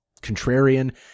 contrarian